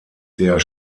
der